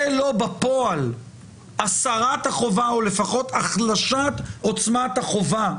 לא בפועל הסרת החובה או לפחות החלשת עוצמת החובה,